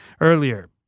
earlier